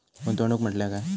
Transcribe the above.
गुंतवणूक म्हटल्या काय?